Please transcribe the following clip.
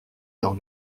dans